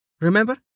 Remember